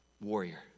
warrior